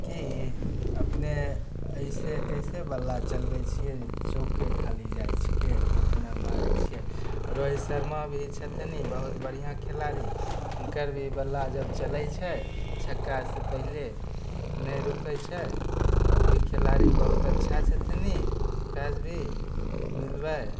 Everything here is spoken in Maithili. कि अपने ऐसे कैसे बल्ला चलबै छियै चौके खाली जाय छिकै एना मारै छियै रोहित शर्मा भी छथिन बहुत बढ़िऑं खेलाड़ी हुनकर भी बल्ला जब चलै छै छक्का से पहिले नहि रुकै छै ओ भी खेलाड़ी बहुत अच्छा छथिन से भी मिलबै